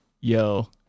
Yo